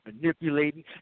manipulating